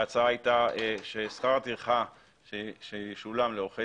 ההצעה הייתה ששכר הטרחה שישולם לעורכי